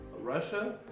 Russia